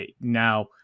Now